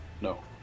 No